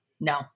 No